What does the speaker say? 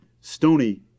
stony